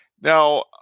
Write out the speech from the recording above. Now